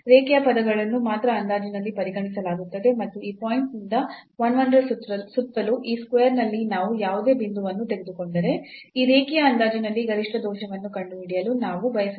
ರೇಖೀಯ ಪದಗಳನ್ನು ಮಾತ್ರ ಅಂದಾಜಿನಲ್ಲಿ ಪರಿಗಣಿಸಲಾಗುತ್ತದೆ ಮತ್ತು ಈ ಪಾಯಿಂಟ್ ನಿಂದ 1 1 ರ ಸುತ್ತಲೂ ಈ square ನಲ್ಲಿ ನಾವು ಯಾವುದೇ ಬಿಂದುವನ್ನು ತೆಗೆದುಕೊಂಡರೆ ಆ ರೇಖೀಯ ಅಂದಾಜಿನಲ್ಲಿ ಗರಿಷ್ಠ ದೋಷವನ್ನು ಕಂಡುಹಿಡಿಯಲು ನಾವು ಬಯಸುತ್ತೇವೆ